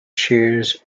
shares